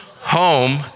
Home